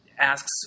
Asks